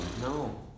No